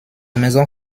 maison